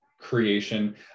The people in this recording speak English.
creation